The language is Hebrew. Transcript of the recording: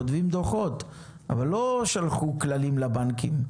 כותבים דוחות אבל לא שלחו כללים לבנקים.